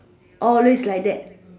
always like that